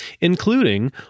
including